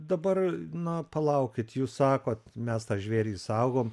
dabar na palaukit jūs sakot mes tą žvėrį saugom